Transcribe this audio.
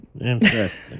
Interesting